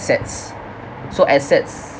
assets so assets